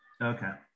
Okay